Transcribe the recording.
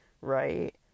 right